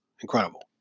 incredible